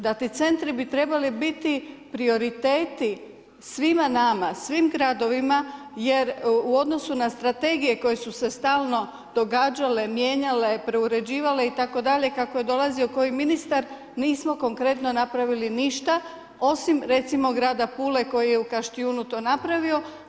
Da ti centri bi trebali biti prioriteti svima nama, svim gradovima, jer u odnosu na strategije koje su se stalno događale, mijenjale, preuređivale, itd. kako je dolazio koji ministar, nismo konkretno napravili ništa, osim recimo grada Pule koji je u Kaštijunu to napravio.